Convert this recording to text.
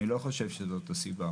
אני לא חושב שזאת הסיבה.